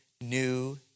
new